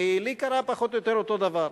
כי לי קרה פחות או יותר אותו דבר.